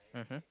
mmhmm